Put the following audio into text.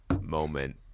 moment